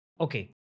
okay